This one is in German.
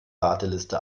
warteliste